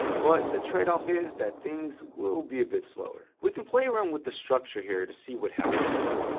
but the tradeoff is that things will be a bit slower. we can play around with the structure here to see what happens.